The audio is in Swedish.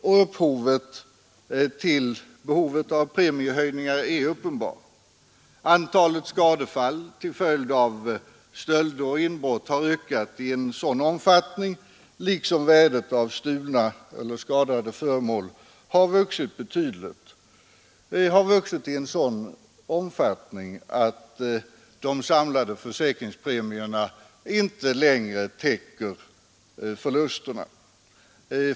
Orsaken till behovet av premiehöjningar är uppenbar: antalet skadefall till följd av stölder och inbrott har ökat kraftigt och värdet av stulna eller skadade föremål har vuxit i en sådan omfattning att de samlade försäkringspremierna inte längre täcker kostnaderna.